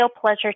pleasure